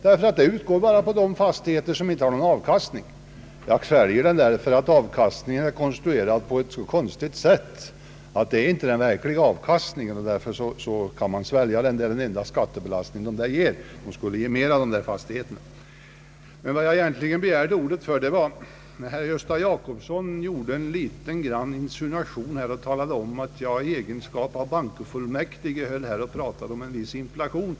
Den skatten utgår endast på fastigheter som inte ger någon avkastning, och jag sväljer den därför att avkastningen beräknas på ett så konstigt sätt. Det är inte den verkliga avkastningen som beskattas. Dessa fastigheter borde ge mera i skatt. Att jag begärde ordet beror egentligen på att herr Gösta Jacobsson gjorde något av en insinuation mot mig. Han sade att jag i egenskap av bankofullmäktig hade pratat om en viss inflation.